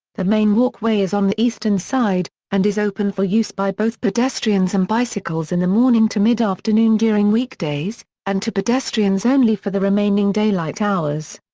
the main walkway is on the eastern side, and is open for use by both pedestrians and bicycles in the morning to mid-afternoon during weekdays, and to pedestrians only for the remaining daylight hours.